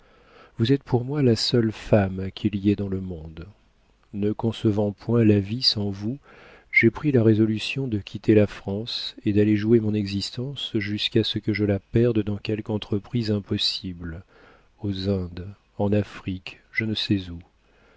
vous êtes pour moi la seule femme qu'il y ait dans le monde ne concevant point la vie sans vous j'ai pris la résolution de quitter la france et d'aller jouer mon existence jusqu'à ce que je la perde dans quelque entreprise impossible aux indes en afrique je ne sais où